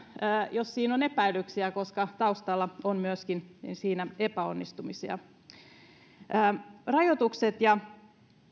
jos siinä on epäilyksiä koska taustalla on siinä myöskin epäonnistumisia rajoitusten ja